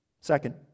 Second